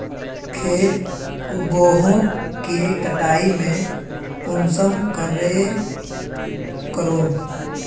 खेत उगोहो के कटाई में कुंसम करे करूम?